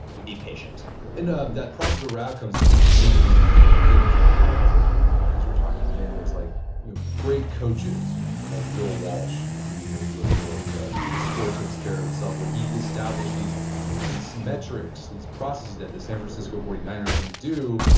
and be patient and um that process over outcomes made me, like the thing that came to mind as i was reading that as you were talking, again was like you know great coaches like bill walsh who you know he wrote the book, the score takes care of itself where he'd established these these metrics, these processes that the san francisco forty nine ers are going to do,